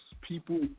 people